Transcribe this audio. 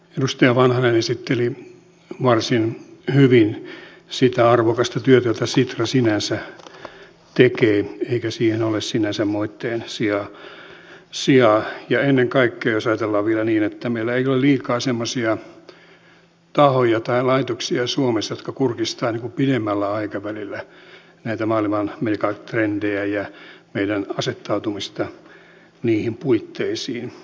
edustaja vanhanen esitteli varsin hyvin sitä arvokasta työtä jota sitra sinänsä tekee eikä siinä ole sinänsä moitteen sijaa ja ennen kaikkea jos ajatellaan vielä niin että meillä ei ole liikaa semmoisia tahoja tai laitoksia suomessa jotka kurkistavat pidemmällä aikavälillä näihin maailman megatrendeihin ja hahmottavat meidän asettautumistamme niihin puitteisiin